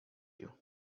you